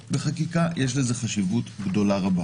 בחקיקה היא דבר שיש לו חשיבות גדולה מאוד.